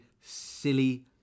silly